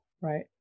right